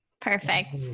perfect